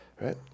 right